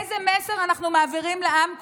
איזה מסר אנחנו מעבירים לעם כולו?